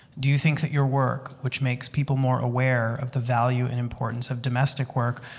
do you think that your work, which makes people more aware of the value and importance of domestic work,